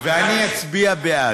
ואני אצביע בעד.